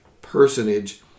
personage